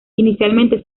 inicialmente